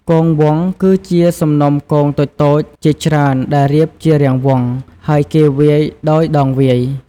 គងវង់គឺជាសំណុំគងតូចៗជាច្រើនដែលរៀបជារាងវង់ ហើយគេវាយដោយដងវាយ។